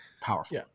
powerful